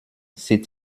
zieht